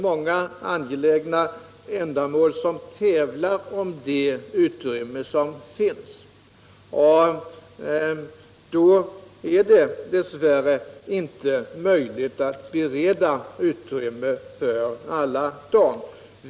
Många angelägna ändamål tävlar om det utrymme som finns, och då är det dess värre inte möjligt att bereda utrymme för alla.